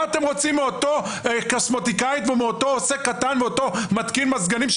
מה אתם רוצים מאותה קוסמטיקאית ומאותו עוסק קטן וממתקין מזגנים,